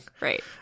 Right